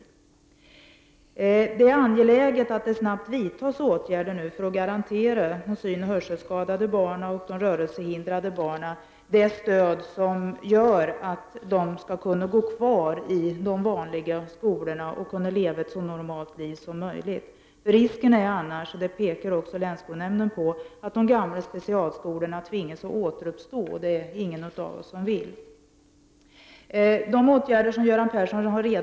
Det är angeläget att det snabbt vidtas åtgärder för att garantera de synoch hörselskadade barnen och de rörelsehindrade barnen det stöd som gör att de kan gå kvar i de vanliga skolorna och kan leva ett så normalt liv som möjligt. Risken är annars — det pekar också länsskolnämnden på — att de gamla specialskolorna tvingas återuppstå, det vill ingen av oss. De åtgärder som Göran Persson har redovisat för att på sikt få fram fler utbildade konsulenter är bra, men jag är rädd för att de inte räcker till för att avhjälpa den akuta brist på konsulenter som hotar dessa barns skolgång i Stockholms län.